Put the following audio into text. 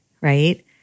right